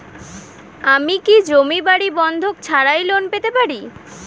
আমি কি জমি বাড়ি বন্ধক ছাড়াই লোন পেতে পারি?